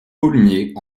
paulmier